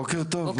בוקר טוב מטי.